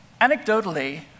Anecdotally